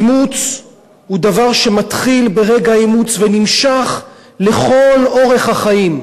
אימוץ הוא דבר שמתחיל ברגע האימוץ ונמשך לכל אורך החיים.